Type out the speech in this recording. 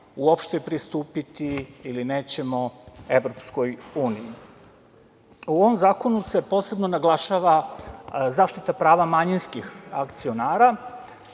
uopšte pristupiti ili nećemo EU.U ovom zakonu se posebno naglašava zaštita prava manjinskih akcionara